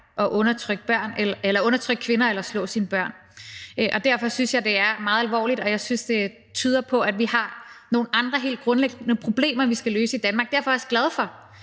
at undertrykke kvinder eller slå sine børn, desværre. Derfor synes jeg, at det er meget alvorligt, og jeg synes, det tyder på, at vi har nogle andre helt grundlæggende problemer, som vi skal løse i Danmark. Derfor er jeg også glad for,